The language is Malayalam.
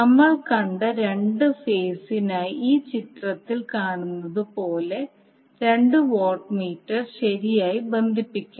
നമ്മൾ കണ്ട രണ്ട് ഫേസിനായി ഈ ചിത്രത്തിൽ കാണുന്നത് പോലെ രണ്ട് വാട്ട് മീറ്ററുകൾ ശരിയായി ബന്ധിപ്പിക്കണം